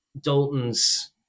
Dalton's